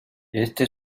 este